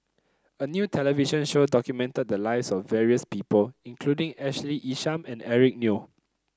a new television show documented the lives of various people including Ashley Isham and Eric Neo